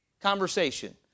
conversation